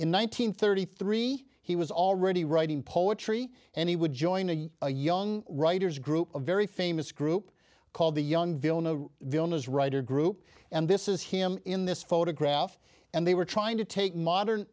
hundred thirty three he was already writing poetry and he would join a young writers group a very famous group called the young villain a villain as writer group and this is him in this photograph and they were trying to take modern